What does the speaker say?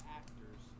actors